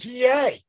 TA